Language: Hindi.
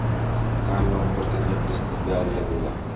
कार लोन पर कितने प्रतिशत ब्याज लगेगा?